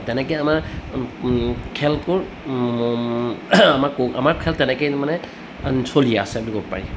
তেনেকৈ আমাৰ খেলকো আমাৰ কৌ আমাৰ খেল তেনেকেই মানে চলি আছে বুলি ক'ব পাৰি